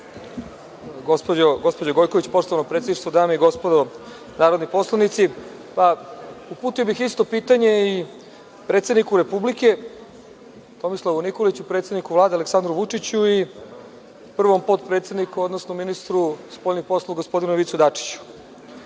Gospođo Gojković, poštovano predsedništvo, dame i gospodo narodni poslanici, uputio bih isto pitanje i predsedniku Republike Tomislavu Nikoliću, predsedniku Vlade Aleksandru Vučiću i prvom potpredsedniku, odnosno ministru spoljnih poslova gospodinu Ivici Dačiću. Nakon